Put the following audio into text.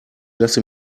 lasse